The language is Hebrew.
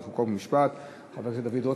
חוק ומשפט חבר הכנסת דוד רותם.